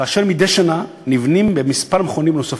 ומדי שנה נבנים כמה מכונים נוספים.